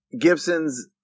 Gibson's